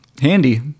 handy